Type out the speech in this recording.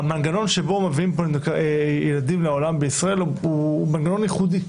המנגנון שבו מביאים ילדים לעולם בישראל הוא מנגנון ייחודי.